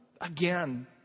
Again